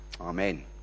amen